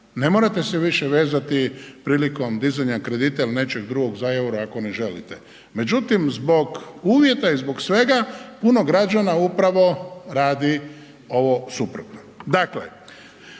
Ne morate se više vezati prilikom dizanja kredita ili nečeg drugog za euro ako ne želite. Međutim, zbog uvjeta i zbog svega puno građana upravo radi ovo suprotno. Dakle,